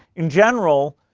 in general,